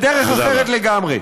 בדרך אחרת לגמרי.